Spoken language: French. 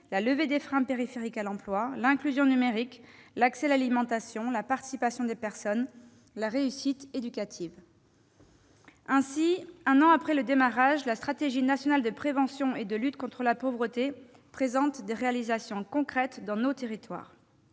la levée des freins périphériques à l'emploi, l'inclusion numérique, l'accès à l'alimentation, la participation des personnes et la réussite éducative. Ainsi, un an après son démarrage, la stratégie nationale de prévention et de lutte contre la pauvreté présente des réalisations concrètes dans nos territoires.